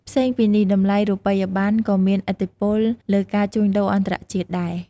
ផ្សេងពីនេះតម្លៃរូបិយប័ណ្ណ ក៏មានឥទ្ធិពលលើការជួញដូរអន្តរជាតិដែរ។